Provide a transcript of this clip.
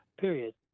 period